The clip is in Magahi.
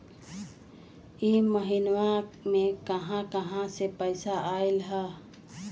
इह महिनमा मे कहा कहा से पैसा आईल ह?